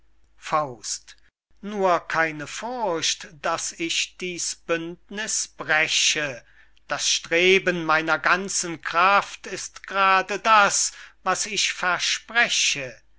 saft nur keine furcht daß ich dieß bündniß breche das streben meiner ganzen kraft ist g'rade das was ich verspreche